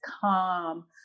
calm